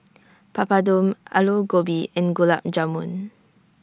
Papadum Alu Gobi and Gulab Jamun